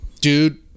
Dude